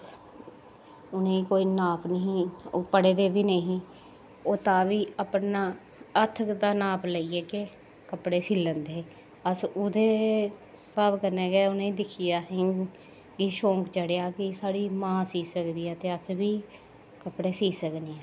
उ'नें गी कोई जाच नेईं ही ओह् पढ़े दे बी नेंई ही ओह् तां बी अपना हत्थ दा नाप लेइये गै कपड़े सी लेंदे हे अस ओह्दे स्हाब कन्नै गै उ'नें गी दिक्खी ऐ असेंगी एह् शौंक चढ़या कि साढ़ी मां सी सकदी ऐ ते अस बी कपड़े सी सकने